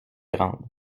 grande